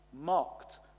mocked